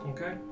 Okay